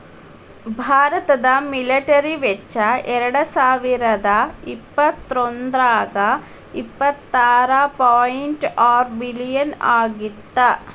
ಭಾರತದ ಮಿಲಿಟರಿ ವೆಚ್ಚ ಎರಡಸಾವಿರದ ಇಪ್ಪತ್ತೊಂದ್ರಾಗ ಎಪ್ಪತ್ತಾರ ಪಾಯಿಂಟ್ ಆರ ಬಿಲಿಯನ್ ಆಗಿತ್ತ